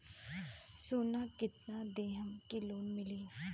सोना कितना देहम की लोन मिली?